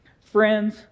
Friends